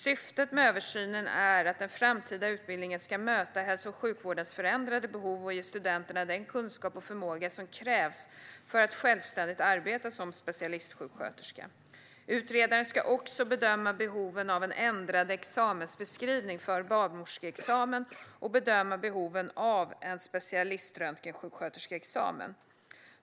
Syftet med översynen är att den framtida utbildningen ska möta hälso och sjukvårdens förändrade behov och ge studenterna den kunskap och förmåga som krävs för att självständigt arbeta som specialistsjuksköterska. Utredaren ska också bedöma behoven av en ändrad examensbeskrivning för barnmorskeexamen och bedöma behoven av en specialiströntgensjuksköterskeexamen.